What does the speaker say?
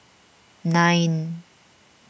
nine